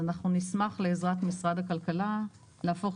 אנחנו נשמח לעזרת משרד הכלכלה להפוך